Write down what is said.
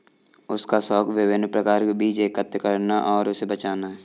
उसका शौक विभिन्न प्रकार के बीज एकत्र करना और उसे बचाना है